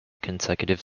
consecutive